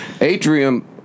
Atrium